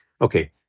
Okay